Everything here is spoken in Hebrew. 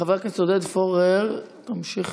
חבר הכנסת עודד פורר, נמשיך